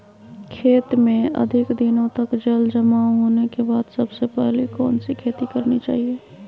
खेत में अधिक दिनों तक जल जमाओ होने के बाद सबसे पहली कौन सी खेती करनी चाहिए?